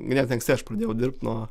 ganėtinai anksti aš pradėjau dirbt nuo